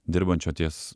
dirbančio ties